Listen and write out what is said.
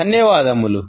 ధన్యవాదాలు